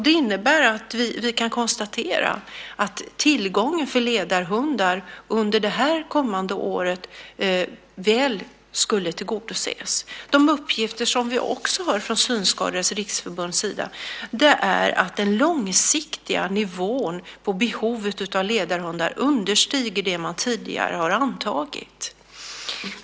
Det innebär att tillgången på ledarhundar under det kommande året väl skulle tillgodoses. En uppgift som vi också har från Synskadades Riksförbunds sida är att den långsiktiga nivån på behovet av ledarhundar understiger det man tidigare har antagit.